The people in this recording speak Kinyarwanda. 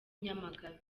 nyamagabe